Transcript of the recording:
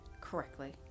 correctly